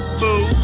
boo